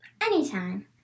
Anytime